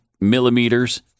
millimeters